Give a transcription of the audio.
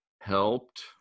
helped